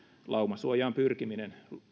laumasuojaan pyrkiminen